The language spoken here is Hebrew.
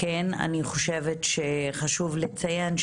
חשוב לציין,